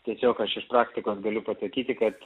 tiesiog aš iš praktikos galiu pasakyti kad